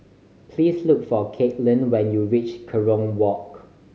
please look for Caitlin when you reach Kerong Walk